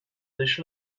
dish